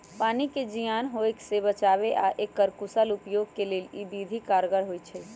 पानी के जीयान होय से बचाबे आऽ एकर कुशल उपयोग के लेल इ विधि कारगर होइ छइ